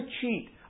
cheat